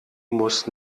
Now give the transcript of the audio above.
muss